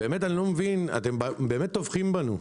אני לא מבין, אתם באמת טווחים בנו.